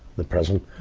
the prison,